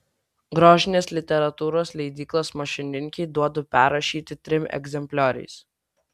grožinės literatūros leidyklos mašininkei duodu perrašyti trim egzemplioriais